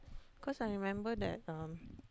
cause I remember that um